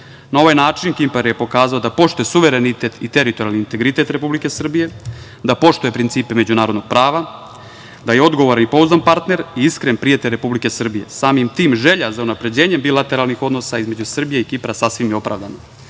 Na ovaj način, Kipar je pokazao da poštuje suverenitet i teritorijalni i integritet Republike Srbije, da poštuje principe međunarodnog prava, da je odgovoran i pouzdan partner i iskren prijatelj Republike Srbije. Samim tim, želja za unapređenjem bilateralnih odnosa između Srbije i Kipra sasvim je opravdana. Zbog